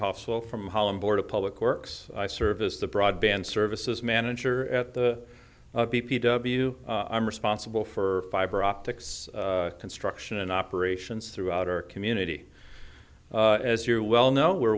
hostle from holland board of public works service the broadband services manager at the d p w i'm responsible for fiber optics construction and operations throughout our community as you well know we're